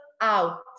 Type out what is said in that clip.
out